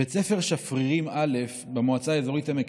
בית ספר שפרירים א' במועצה האזורית עמק